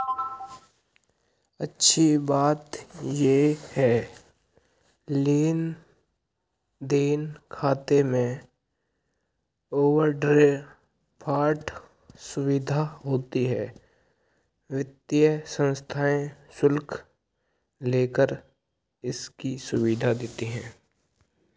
अच्छी बात ये है लेन देन खाते में ओवरड्राफ्ट सुविधा होती है वित्तीय संस्थाएं शुल्क लेकर इसकी सुविधा देती है